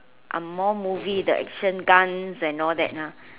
angmoh movie the action guns and all that ah